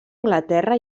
anglaterra